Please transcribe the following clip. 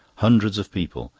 hundreds of people,